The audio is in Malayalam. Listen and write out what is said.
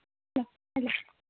അല്ലേ